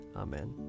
Amen